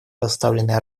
поставленных